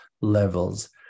levels